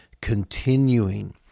continuing